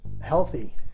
healthy